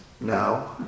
No